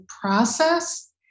process